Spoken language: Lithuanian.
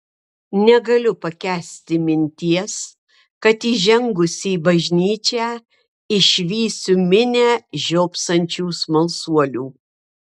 negaliu pakęsti minties kad įžengusi į bažnyčią išvysiu minią žiopsančių smalsuolių